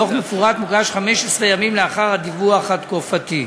דוח מפורט מוגש 15 ימים לאחר הדיווח התקופתי.